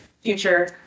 future